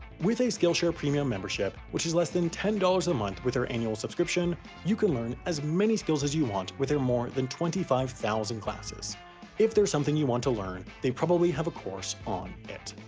with a skillshare premium membership, which is less than ten dollars a month with their annual subscription, you can learn as many skills as you want with their more than twenty five thousand classes if there's something you want to learn, they probably have a course on it.